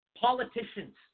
politicians